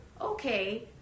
okay